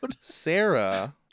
Sarah